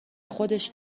خودش